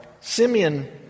Simeon